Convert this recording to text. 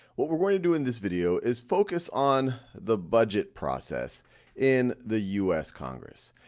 what we're going to do in this video is focus on the budget process in the us congress.